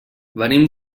venim